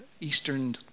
eastern